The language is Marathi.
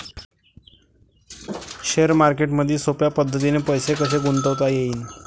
शेअर मार्केटमधी सोप्या पद्धतीने पैसे कसे गुंतवता येईन?